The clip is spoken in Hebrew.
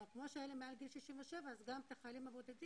כלומר, כמו אלה מעל גיל 67, אז גם החיילים הבודדים